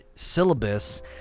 syllabus